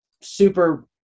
super